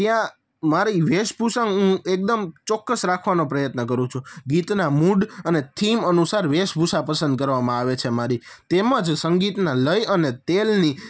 ત્યાં મારી વેશભૂષા હું એકદમ ચોક્કસ રાખવાનો પ્રયત્ન કરું છું ગીતના મૂડ અને થીમ અનુસાર વેશભૂષા પસંદ કરવામાં આવે છે મારી તેમજ સંગીતના લય અને તાલની